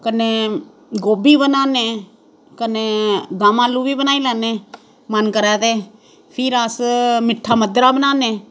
कन्नै गोभी बनाने कन्नै दम आलू बी बनाई लैने मन करै ते फिर अस मिट्ठा मद्दरा बनाने